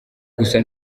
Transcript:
gusa